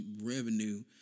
revenue